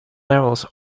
levels